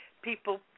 People